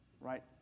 right